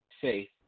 faith